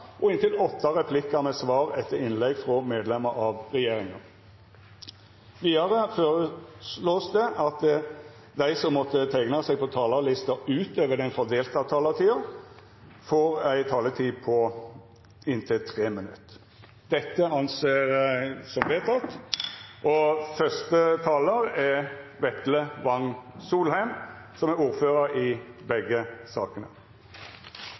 og inntil åtte replikkar med svar etter innlegg frå medlemer av regjeringa. Vidare vert det føreslått at dei som måtte teikna seg på talarlista utover den fordelte taletida, får ei taletid på inntil 3 minutt. – Det er vedteke. Først vil jeg takke for samarbeidet i finanskomiteen med å komme fram til neste års opplegg for skatt, avgift og